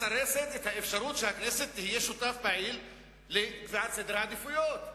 את האפשרות שהכנסת תהיה שותפה פעילה בקביעת סדר העדיפויות,